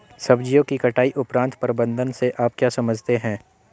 सब्जियों की कटाई उपरांत प्रबंधन से आप क्या समझते हैं?